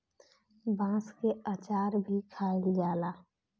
बांस के अचार भी खाएल जाला